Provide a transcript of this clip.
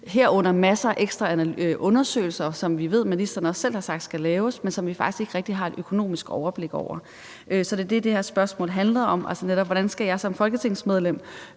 af ekstra undersøgelser, som vi ved ministeren også selv har sagt skal laves, men som vi faktisk ikke rigtig har et økonomisk overblik over. Så det er det, det her spørgsmål handler om, altså hvordan jeg som folketingsmedlem